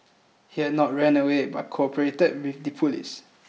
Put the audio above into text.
he had not run away but cooperated with the police